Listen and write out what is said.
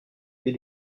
des